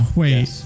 wait